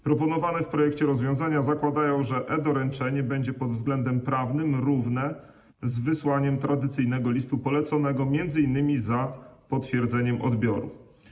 Proponowane w projekcie rozwiązania zakładają, że e-doręczenie będzie pod względem prawnym równe z wysłaniem tradycyjnego listu poleconego, m.in. za potwierdzeniem odbioru.